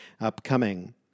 upcoming